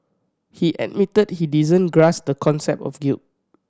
he admitted he didn't grasp the concept of guilt